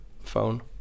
phone